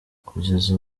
kugeza